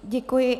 Děkuji.